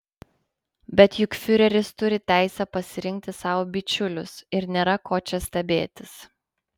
bet juk fiureris turi teisę pasirinkti sau bičiulius ir nėra ko čia stebėtis